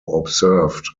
observed